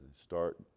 start